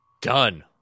Done